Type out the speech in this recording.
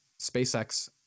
SpaceX